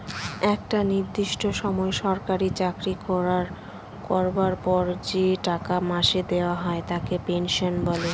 একটা নির্দিষ্ট সময় সরকারি চাকরি করবার পর যে টাকা মাসে দেওয়া হয় তাকে পেনশন বলে